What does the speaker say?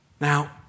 Now